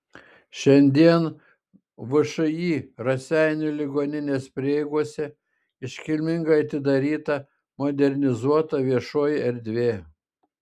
šiandien všį raseinių ligoninės prieigose iškilmingai atidaryta modernizuota viešoji erdvė